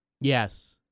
Yes